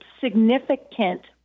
significant